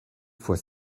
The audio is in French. fois